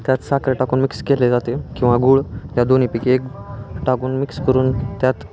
त्यात साखरं टाकून मिक्स केले जाते किंवा गुळ या दोन्हीपैकी एक टाकून मिक्स करून त्यात